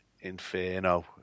inferno